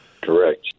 Correct